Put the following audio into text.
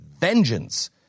vengeance